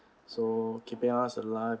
so keeping us alive